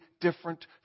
different